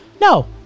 No